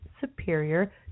superior